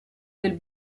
del